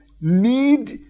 need